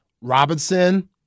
Robinson